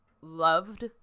loved